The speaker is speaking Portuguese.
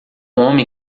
homem